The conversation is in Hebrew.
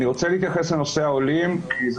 אני רוצה להתייחס לנושא העולים כי זה